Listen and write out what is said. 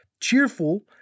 Cheerful